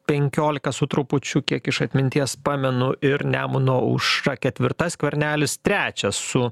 penkiolika su trupučiu kiek iš atminties pamenu ir nemuno aušra ketvirta skvernelis trečias su